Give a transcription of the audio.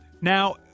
Now